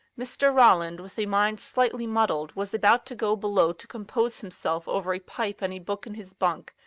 mr. ralland, with a mind slightly muddled, was about to go below to compose himself over a pipe and a book in his bunk,